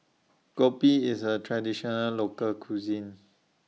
Kopi IS A Traditional Local Cuisine